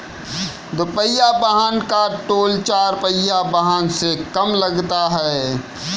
दुपहिया वाहन का टोल चार पहिया वाहन से कम लगता है